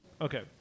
Okay